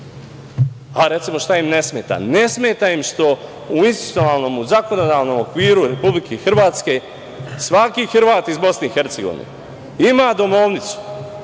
recimo, ne smeta? Ne smeta im što u institucionalnom, u zakonodavnom okviru Republike Hrvatske svaki Hrvat iz Bosne i Hercegovine ima domovnicu